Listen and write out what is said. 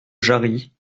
jarrie